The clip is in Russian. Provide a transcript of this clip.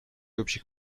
общих